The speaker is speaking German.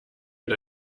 mit